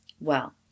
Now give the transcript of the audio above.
Well